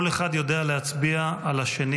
כל אחד יודע להצביע על השני.